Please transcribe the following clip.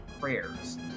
prayers